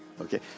Okay